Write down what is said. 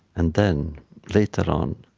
and then later on,